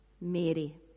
Mary